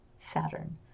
Saturn